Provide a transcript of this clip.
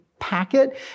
packet